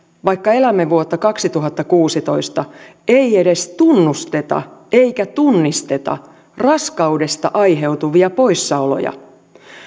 vaikka elämme vuotta kaksituhattakuusitoista ei edes tunnusteta eikä tunnisteta raskaudesta aiheutuvia poissaoloja